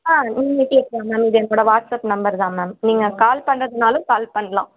ஆ இன்னைக்கு எப்போன்னாலும் எடுத்துக்கோங்க இது என்னோட வாட்ஸ்அப் நம்பர் தான் மேம் நீங்கள் கால் பண்றதுனாலும் கால் பண்ணலாம்